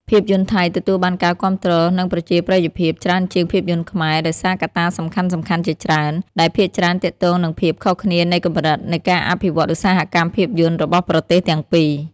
ភាពយន្តថៃទទួលបានការគាំទ្រ និងប្រជាប្រិយភាពច្រើនជាងភាពយន្តខ្មែរ ដោយសារកត្តាសំខាន់ៗជាច្រើន ដែលភាគច្រើនទាក់ទងនឹងភាពខុសគ្នានៃកម្រិតនៃការអភិវឌ្ឍឧស្សាហកម្មភាពយន្តរបស់ប្រទេសទាំងពីរ។